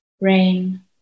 rain